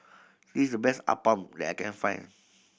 this the best Appam that I can find